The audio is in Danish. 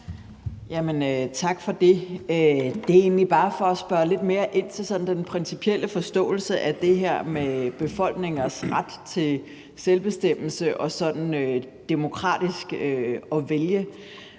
Tak for det. Det er egentlig bare for at spørge lidt mere ind til den principielle forståelse af det her med befolkningers ret til selvbestemmelse og demokratisk at vælge,